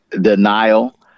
denial